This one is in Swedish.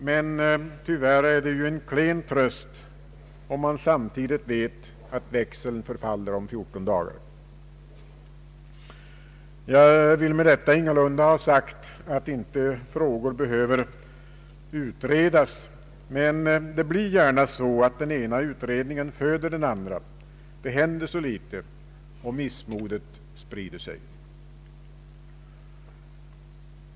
Men tyvärr är det ju en klen tröst, om man samtidigt vet att växeln förfaller om 14 dagar. Jag vill med detta ingalunda ha sagt att frågor inte behöver utredas, men det blir gärna så att den ena utredningen föder den andra. Det händer så litet, och missmodet sprider sig.